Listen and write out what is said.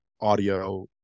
audio